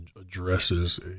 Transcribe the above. addresses